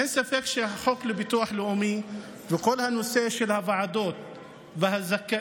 אין ספק שהחוק לביטוח לאומי וכל הנושא של הוועדות והזכאויות,